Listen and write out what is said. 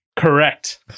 Correct